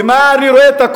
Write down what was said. ומה אני רואה,